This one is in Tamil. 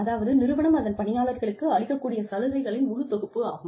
அதாவது நிறுவனம் அதன் பணியாளர்களுக்கு அளிக்கக் கூடிய சலுகைகளின் முழு தொகுப்பு ஆகும்